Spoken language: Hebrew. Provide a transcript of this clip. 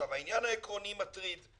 העניין העקרוני מטריד.